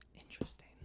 Interesting